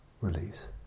release